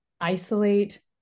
isolate